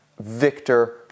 victor